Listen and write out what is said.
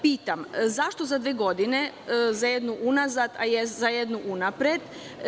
Pitam – zašto za dve godine, za jednu unazad, a za jednu unapred?